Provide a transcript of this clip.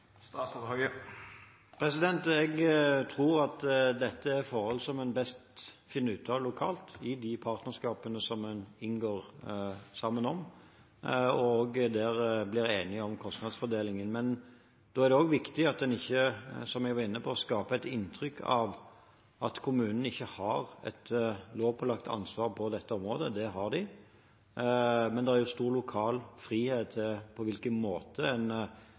Jeg tror at dette er forhold som en best finner ut av lokalt, at en i de partnerskapene som en inngår sammen, blir enige om kostnadsfordelingen. Men da er det viktig at en ikke – som jeg var inne på – skaper et inntrykk av at kommunene ikke har et lovpålagt ansvar på dette området. Det har de. Men det er stor lokal frihet når det gjelder hvilken måte